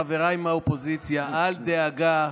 חבריי מהאופוזיציה: אל דאגה,